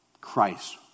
Christ